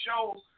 shows